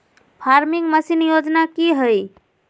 Farming machine योजना कि हैय?